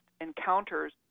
encounters